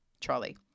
trolley